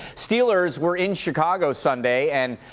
steelers were in chicago sunday and,